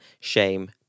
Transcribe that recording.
shame